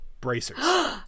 bracers